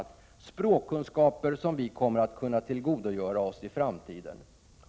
Det ger språkkunskaper som vi kommer att kunna tillgodogöra ossi framtiden.